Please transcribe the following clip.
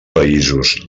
països